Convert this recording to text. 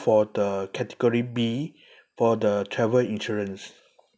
for the category B for the travel insurance